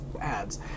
ads